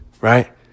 right